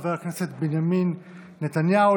חבר הכנסת בנימין נתניהו,